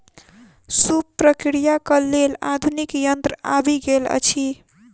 सूप प्रक्रियाक लेल आधुनिक यंत्र आबि गेल अछि